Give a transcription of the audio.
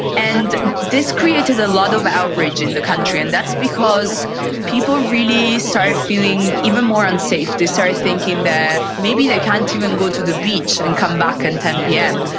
and this created a lot of outrage in the country, and that's because people really started feeling even more unsafe. they started thinking that maybe they can't even go to the beach and come back at and ten pm.